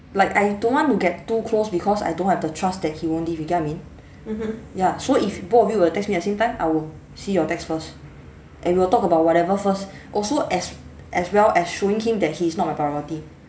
like I don't want to get too close because I don't have the trust that he won't leave you get what I mean ya so if both of you were to text me at same time I'll see your text first and we'll talk about whatever first also as as well as showing him that he's not my priority